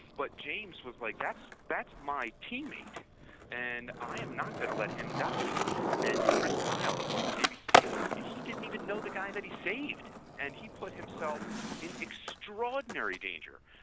but james was like that's that's my team mate and i am not going to let him die and chris kyle, one of the navy seals, he didn't even know the guy that he saved and he put himself in extraordinary danger,